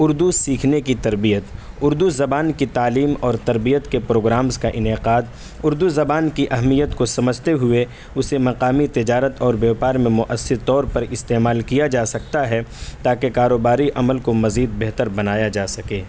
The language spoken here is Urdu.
اردو سیکھنے کی تربیت اردو زبان کی تعلیم اور تربیت کے پروگرامز کا انعقاد اردو زبان کی اہمیت کو سمجھتے ہوئے اسے مقامی تجارت اور بیوپار میں مؤثر طور پر استعمال کیا جا سکتا ہے تا کہ کاروباری عمل کو مزید بہتر بنایا جا سکے